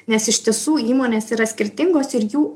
nes iš tiesų įmonės yra skirtingos ir jų